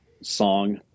song